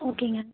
ஓகேங்க